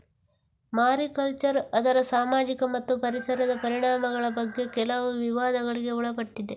mariculture ಅದರ ಸಾಮಾಜಿಕ ಮತ್ತು ಪರಿಸರದ ಪರಿಣಾಮಗಳ ಬಗ್ಗೆ ಕೆಲವು ವಿವಾದಗಳಿಗೆ ಒಳಪಟ್ಟಿದೆ